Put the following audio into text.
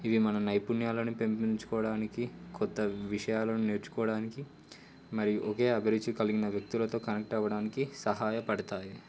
ఇవి మన నైపుణ్యాలను పెంపొంచుకోవడానికి కొత్త విషయాలను నేర్చుకోవడానికి మరియు ఒకే అభిరుచి కలిగిన వ్యక్తులతో కనెక్ట్ అవ్వడానికి సహాయపడతాయి